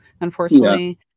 unfortunately